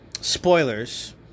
spoilers